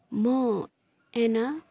म एना